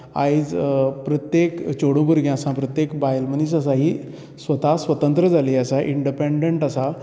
आयज प्रत्येक चेडूं भुरगें आसा प्रत्येक बायल मनीस आसा ही स्वता स्वतंत्र जाली आसा इन्डपेन्डंट आसा